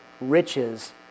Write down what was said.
riches